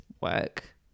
work